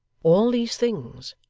all these things,